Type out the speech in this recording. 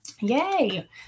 Yay